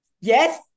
Yes